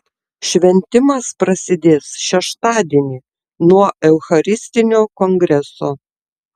šventimas prasidės šeštadienį nuo eucharistinio kongreso